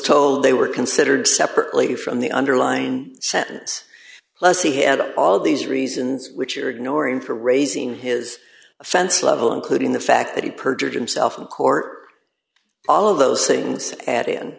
told they were considered separately from the underlying sentence plus he had all these reasons which are ignoring for raising his offense level including the fact that he perjured himself in court all of those things at